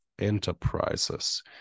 enterprises